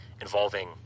involving